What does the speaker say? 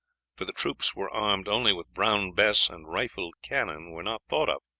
for the troops were armed only with brown bess, and rifled cannon were not thought of.